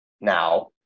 now